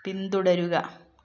പിന്തുടരുക